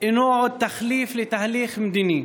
אינו עוד תחליף לתהליך מדיני